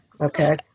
Okay